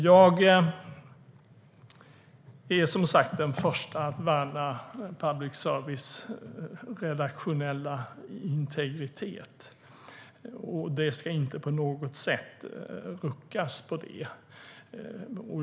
Jag är som sagt den förste att värna public services redaktionella integritet, och vi ska inte på något sätt rucka på den.